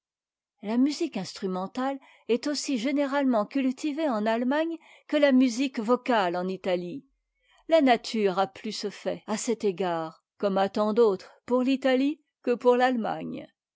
la musique instrumentale est aussi généralement cultivée en allemagne que la musique vocale en italie la naturea'plus fait à cet égard comme à tant d'autres pour l'italie que pour l'allemagne